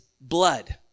blood